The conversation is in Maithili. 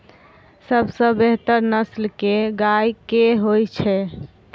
सबसँ बेहतर नस्ल केँ गाय केँ होइ छै?